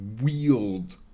wield